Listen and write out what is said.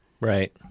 Right